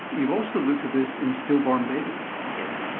you've also looked at this in stillborn babies. yes.